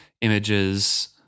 images